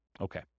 Okay